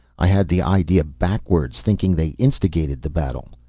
i had the idea backwards thinking they instigated the battle.